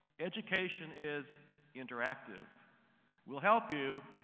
education is interactive will help you,